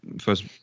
first